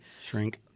shrink